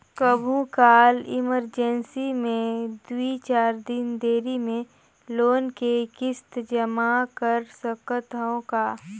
कभू काल इमरजेंसी मे दुई चार दिन देरी मे लोन के किस्त जमा कर सकत हवं का?